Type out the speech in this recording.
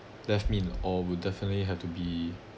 left me in awe would definitely have to be